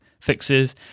fixes